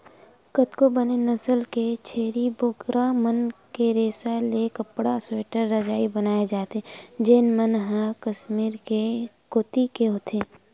कतको बने नसल के छेरी बोकरा मन के रेसा ले कपड़ा, स्वेटर, रजई बनाए जाथे जेन मन ह कस्मीर कोती के होथे